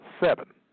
seven